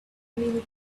many